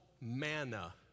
manna